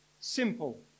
Simple